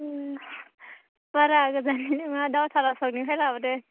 उम बारा गोजाननि नोङा दावथाला सकनिफ्राय लाबोदों